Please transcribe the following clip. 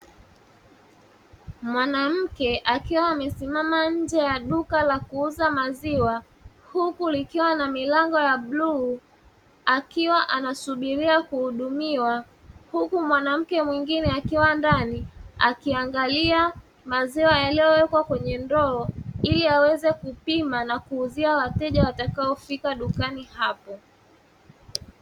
Mwanamke akiwa amesimama nje ya duka la kuuza maziwa huku likiwa na milango ya bluu akiwa anasubiria kuhudumiwa, huku mwanamke mwingine akiwa ndani akiangalia maziwa yaliyoekwa kwenye ndoo ili aweze kupima na kuuzia wateja wataofika dukani hapo.